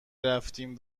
رفتیم